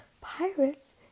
Pirates